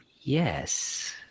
Yes